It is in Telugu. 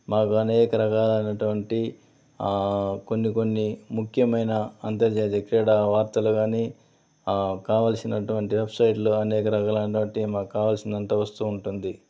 మాకు అనేక రకాలైనటువంటి కొన్ని కొన్ని ముఖ్యమైన అంతర్జాతీయ క్రీడా వార్తలు కానీ కావాల్సినటువంటి వెబ్సైట్లో అనేక రకాలైనటువంటి మాకు కావాల్సిందంతా వస్తూ ఉంటుంది